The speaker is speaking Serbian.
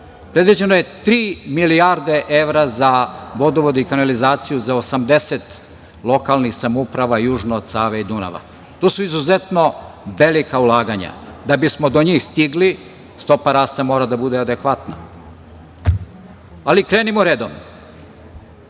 Predviđeno je tri milijarde evra za vodovod i kanalizaciju za 80 lokalnih samouprava južno od Save i Dunava. To su izuzetno velika ulaganja. Da bismo do njih stigli, stopa rasta mora da bude adekvatna, ali krenimo redom. Imamo